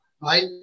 right